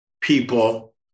people